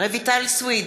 רויטל סויד,